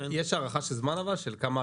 יש הערכה של זמן לביצוע?